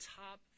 top